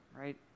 right